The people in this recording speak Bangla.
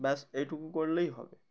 ব্যাস এইটুকু করলেই হবে